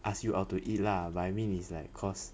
ask you out to eat lah like I mean it's like cause